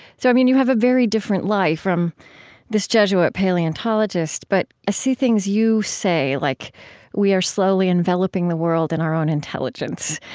so, i mean, you have a very different life from this jesuit paleontologist. but i ah see things you say, like we are slowly enveloping the world in our own intelligence.